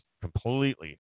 completely